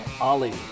Ali